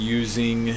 using